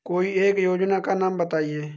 कोई एक योजना का नाम बताएँ?